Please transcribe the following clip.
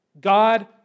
God